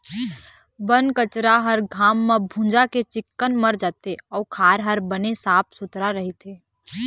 बन कचरा ह घाम म भूंजा के चिक्कन मर जाथे अउ खार ह बने साफ सुथरा रहिथे